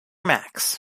max